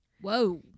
whoa